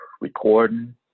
recording